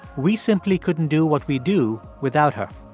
we simply couldn't do what we do without her.